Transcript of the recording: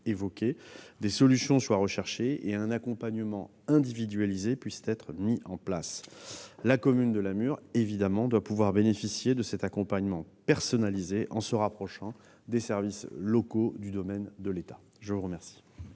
évoquée, des solutions soient recherchées et qu'un accompagnement individualisé puisse être mis en place. La commune de La Mure doit pouvoir bénéficier de cet accompagnement personnalisé en se rapprochant des services locaux du domaine de l'État. La parole